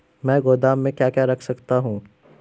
मैं गोदाम में क्या क्या रख सकता हूँ?